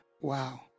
wow